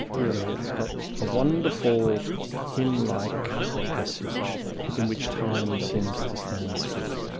really, it's got a wonderful hymn-like passage in which time seems to stand still.